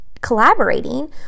collaborating